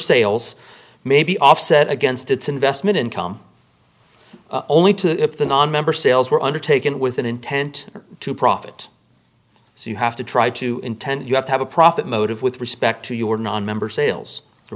sales may be offset against its investment income only to if the nonmember sales were undertaken with an intent to profit so you have to try to intend you have to have a profit motive with respect to your nonmember sales for